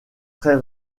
très